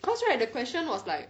cause right the question was like